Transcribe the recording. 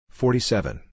forty-seven